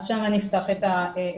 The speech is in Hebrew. אז שם אני אפתח את התוכנית.